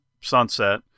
Sunset